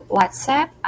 WhatsApp